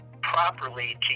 properly